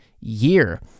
year